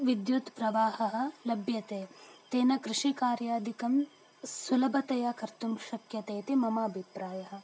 विद्युत्प्रवाहः लभ्यते तेन कृषिकार्यादिकं सुलभतया कर्तुं शक्यते इति मम अभिप्रायः